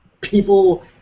people